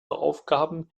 aufgaben